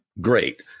great